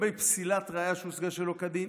לגבי פסילת ראיה שהושגה שלא כדין,